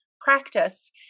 practice